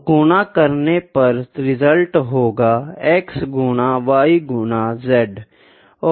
तो गुना करने पर परिणाम होगा x गुना y गुना z